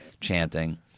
chanting